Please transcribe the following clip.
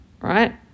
Right